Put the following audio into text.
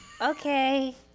Okay